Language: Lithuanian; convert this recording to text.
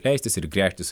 leistis ir gręžtis